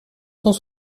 cent